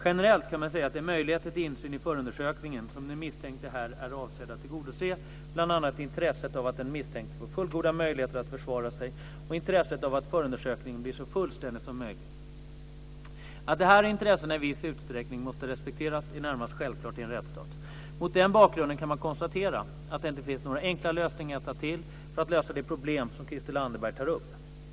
Generellt kan man säga att de möjligheter till insyn i förundersökningen som den misstänkte har är avsedda att tillgodose bl.a. intresset av att den misstänkte får fullgoda möjligheter att försvara sig och intresset av att förundersökningen blir så fullständig som möjligt. Att de här intressena i viss utsträckning måste respekteras är närmast självklart i en rättsstat. Mot den bakgrunden kan man konstatera att det inte finns några enkla lösningar att ta till för att lösa de problem som Christel Anderberg tar upp.